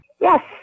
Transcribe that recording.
Yes